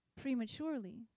prematurely